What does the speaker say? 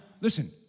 listen